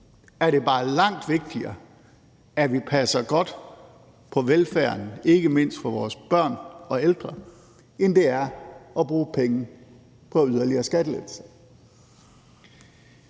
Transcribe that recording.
er det bare langt vigtigere, at vi passer godt på velfærden, ikke mindst for vores børn og ældre, end det er at bruge penge på yderligere skattelettelser.